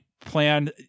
plan